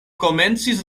komencis